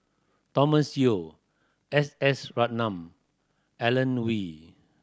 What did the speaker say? Thomas Yeo S S Ratnam Alan